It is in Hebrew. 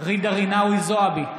ג'ידא רינאוי זועבי,